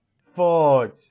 Ford